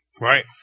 Right